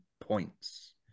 points